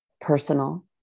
personal